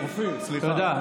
אופיר, סליחה.